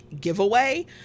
giveaway